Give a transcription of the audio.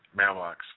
mailbox